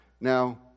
Now